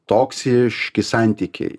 toksiški santykiai